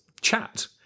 chat